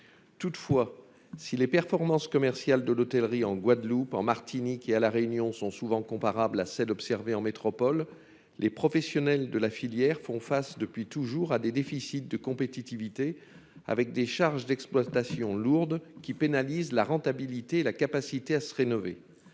Toutefois, si les performances commerciales de l'hôtellerie en Guadeloupe, en Martinique et à La Réunion sont souvent comparables à celles que l'on observe en métropole, les professionnels de la filière font face, depuis toujours, à des déficits de compétitivité du fait de la lourdeur de leurs charges d'exploitation, qui pénalisent la rentabilité et la capacité à se rénover.